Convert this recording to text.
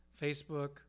Facebook